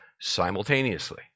simultaneously